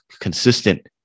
consistent